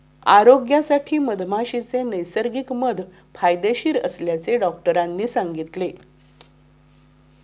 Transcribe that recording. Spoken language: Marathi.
आरोग्यासाठी मधमाशीचे नैसर्गिक मध फायदेशीर असल्याचे डॉक्टरांनी सांगितले